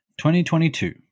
2022